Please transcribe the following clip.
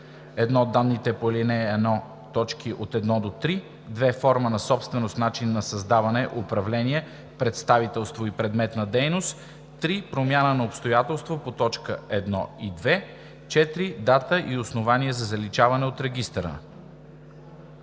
1. данните по ал. 1, т. 1 – 3; 2. форма на собственост, начин на създаване, управление, представителство и предмет на дейност; 3. промяна на обстоятелство по точки 1 и 2; 4. дата и основание за заличаване от регистъра.